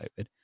COVID